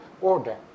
order